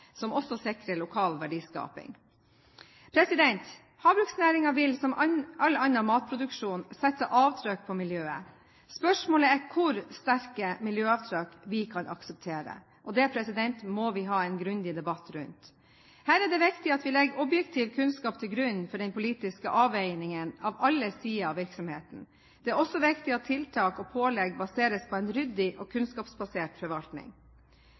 som også sikrer lokal verdiskaping. Havbruksnæringen vil, som all annen matproduksjon sette avtrykk på miljøet. Spørsmålet er hvor sterke miljøavtrykk vi kan akseptere – og det må vi ha en grundig debatt rundt. Her er det viktig at vi legger objektiv kunnskap til grunn for den politiske avveiningen av alle sider av virksomheten. Det er også viktig at tiltak og pålegg baseres på en ryddig og kunnskapsbasert forvaltning.